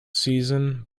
season